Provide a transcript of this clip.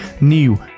new